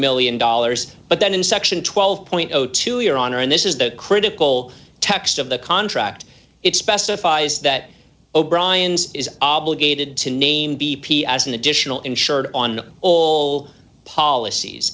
million dollars but then in section twelve dollars your honor and this is the critical text of the contract it specifies that o'briens is obligated to name b p as an additional insured on all policies